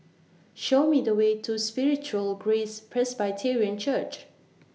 Show Me The Way to Spiritual Grace Presbyterian Church